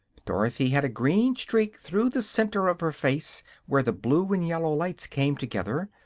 dorothy had a green streak through the center of her face where the blue and yellow lights came together,